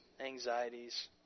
anxieties